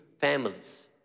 families